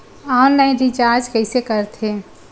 Online recharge कइसे करथे?